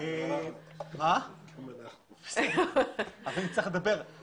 אנחנו בהחלט מוטרדים ממערך תקשורת הנתונים